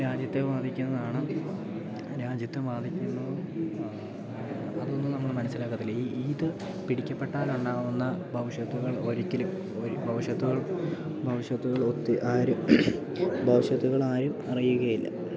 രാജ്യത്തെ ബാധിക്കുന്നതാണ് രാജ്യത്തെ ബാധിക്കുന്നത് അതൊന്നും നമ്മൾ മനസ്സിലാക്കത്തില്ല ഈ ഇത് പിടിക്കപ്പെട്ടാൽ ഉണ്ടാകുന്ന ഭവിഷ്യത്തുക്കൾ ഒരിക്കലും ഭവിഷ്യത്തുക്കൾ ഭവിഷ്യത്തുക്കൾ ആരും ഭവിഷ്യത്തുക്കൾ ആരും അറിയുകയില്ല